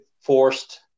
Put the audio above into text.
forced